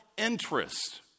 interest